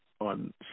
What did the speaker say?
on